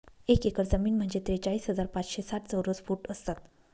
एक एकर जमीन म्हणजे त्रेचाळीस हजार पाचशे साठ चौरस फूट असतात